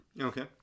Okay